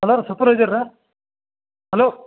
hello ಸೂಪರ್ವೈಸರಾ hello